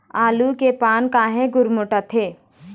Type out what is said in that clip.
आलू के पान काहे गुरमुटाथे?